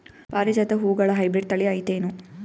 ಪಾರಿಜಾತ ಹೂವುಗಳ ಹೈಬ್ರಿಡ್ ಥಳಿ ಐತೇನು?